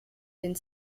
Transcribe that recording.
den